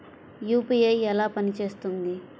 UPI ఎలా పనిచేస్తుంది?